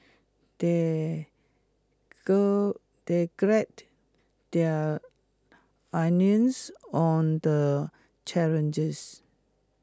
they they their onions on the challenges